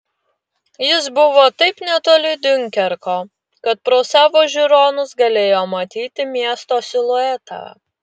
jis buvo taip netoli diunkerko kad pro savo žiūronus galėjo matyti miesto siluetą